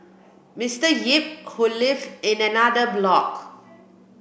Mister Yip who lived in another block